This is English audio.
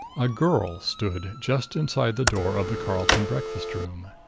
a girl stood just inside the door of the carlton breakfast room.